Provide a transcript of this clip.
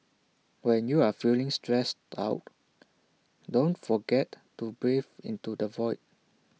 when you are feeling stressed out don't forget to breathe into the void